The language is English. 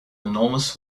enormous